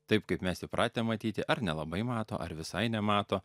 taip kaip mes įpratę matyti ar nelabai mato ar visai nemato